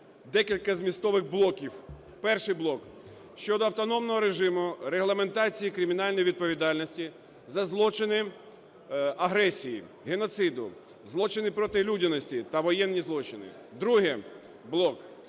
декілька змістових блоків. Перший блок: щодо автономного режиму регламентації кримінальної відповідальності за злочини агресії, геноциду, злочини проти людяності та воєнні злочини. Другий блок